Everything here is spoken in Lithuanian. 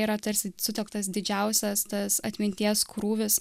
yra tarsi sutelktas didžiausias tas atminties krūvis